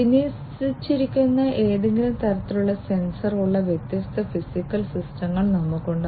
വിന്യസിച്ചിരിക്കുന്ന ഏതെങ്കിലും തരത്തിലുള്ള സെൻസർ ഉള്ള വ്യത്യസ്ത ഫിസിക്കൽ സിസ്റ്റങ്ങൾ നമുക്കുണ്ട്